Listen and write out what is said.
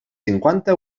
cinquanta